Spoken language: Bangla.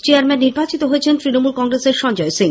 চেয়ারম্যান নির্বাচিত হয়েছেন তৃণমূল কংগ্রেসের সঞ্জয় সিং